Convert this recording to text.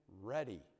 ready